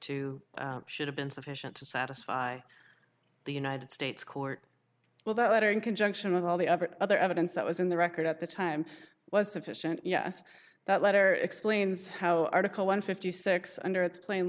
to should have been sufficient to satisfy the united states court well that letter in conjunction with all the other evidence that was in the record at the time was sufficient yes that letter explains how article one fifty six under its plain